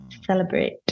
celebrate